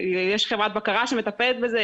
יש חברת בקרה שמטפלת בזה.